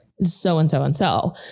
so-and-so-and-so